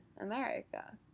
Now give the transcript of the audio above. America